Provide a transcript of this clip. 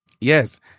Yes